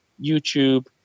YouTube